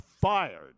fired